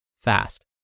fast